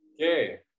Okay